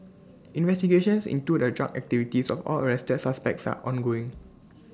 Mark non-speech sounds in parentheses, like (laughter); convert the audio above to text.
(noise) investigations into the drug activities of all arrested suspects are ongoing (noise)